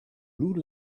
blue